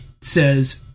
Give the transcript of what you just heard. says